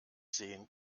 sehen